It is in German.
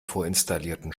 vorinstallierten